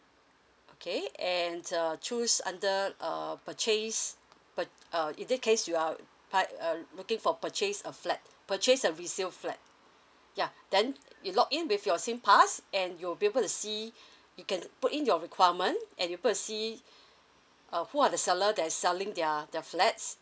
okay and uh choose under err purchase pur~ uh in that case you are pipe uh looking for purchase a flat purchase a resale flat yeah then you login with your sing pass and you'll be able to see you can put in your requirement and you will be able to see uh who are the seller that selling their their flats